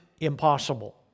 impossible